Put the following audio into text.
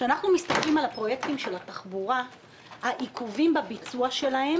כשאנחנו מסתכלים על העיכובים בביצוע של פרויקטים של התחבורה,